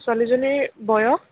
ছোৱালীজনীৰ বয়স